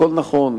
הכול נכון,